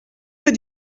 pas